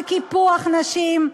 על קיפוח נשים.